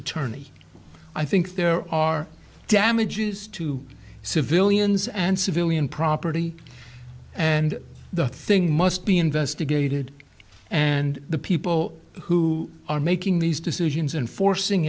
attorney i think there are damages to civilians and civilian property and the thing must be investigated and the people who are making these decisions and forcing